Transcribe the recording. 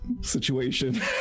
situation